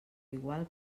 igual